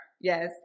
Yes